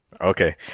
Okay